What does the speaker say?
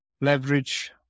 leverage